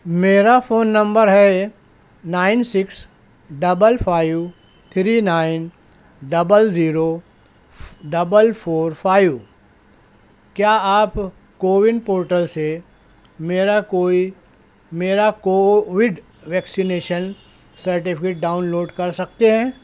میرا phone number ہے nine six double five three nine double zero double four five کیا آپ CoWIN portal سے میرا کوئی میرا Covid vaccination certificate download کر سکتے ہیں